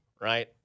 right